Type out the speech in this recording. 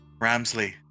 Ramsley